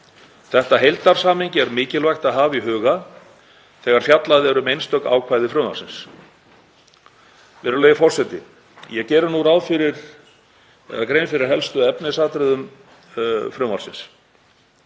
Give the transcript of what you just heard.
Þetta heildarsamhengi er mikilvægt að hafa í huga þegar fjallað er um einstök ákvæði frumvarpsins. Virðulegi forseti. Ég geri nú nánari grein fyrir helstu efnisatriðum frumvarpsins: